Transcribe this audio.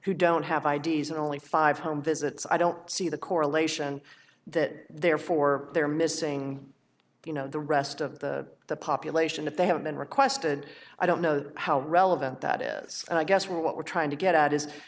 who don't have i d s and only five home visits i don't see the correlation that therefore they're missing you know the rest of the population that they haven't been requested i don't know how relevant that is and i guess what we're trying to get at is